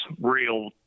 real